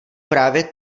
právě